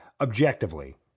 objectively